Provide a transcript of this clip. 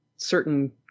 certain